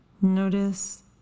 Notice